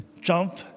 jump